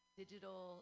digital